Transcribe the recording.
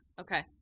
okay